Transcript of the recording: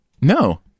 No